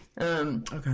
okay